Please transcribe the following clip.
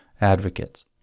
advocates